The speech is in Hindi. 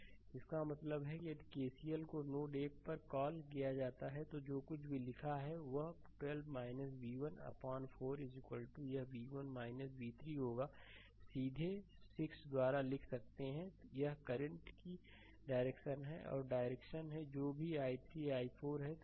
स्लाइड समय देखें 0549 इसका मतलब है कि यदि केसीएल को नोड 1 पर कॉल किया जाता है तो जो कुछ भी लिखा है वह 12 v1 अपान 4 यह v1 v3 होगा सीधे 6 द्वारा लिख सकते हैं यह करंट की डायरेक्शन है और यह डायरेक्शन जो भी i3 और i4 है